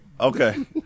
Okay